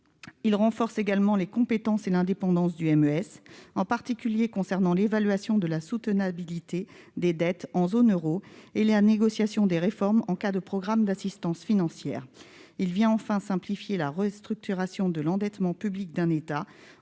Il renforce par ailleurs les compétences et l'indépendance du MES, en particulier concernant l'évaluation de la soutenabilité des dettes des pays de la zone euro et la négociation des réformes en cas de programme d'assistance financière. Il a enfin pour objet de simplifier la restructuration de l'endettement public d'un État,